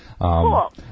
Cool